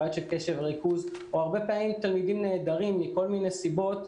בעיות של קשב וריכוז או שהרבה פעמים תלמידים נעדרים מכל מיני סיבות,